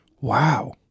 Wow